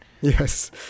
Yes